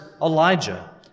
Elijah